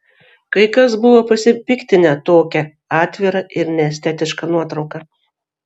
kai kas buvo pasipiktinę tokia atvira ir neestetiška nuotrauka